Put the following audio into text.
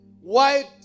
white